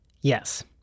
yes